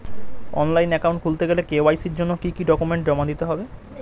Online account খুলতে গেলে KYC জন্য কি কি ডকুমেন্ট জমা দিতে হবে?